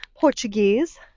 Portuguese